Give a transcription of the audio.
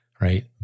right